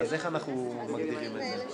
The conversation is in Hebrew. אז איך אנחנו מגדירים את זה?